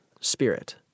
spirit